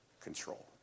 control